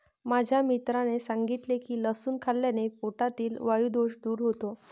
माझ्या मित्राने सांगितले की लसूण खाल्ल्याने पोटातील वायु दोष दूर होतो